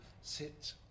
sit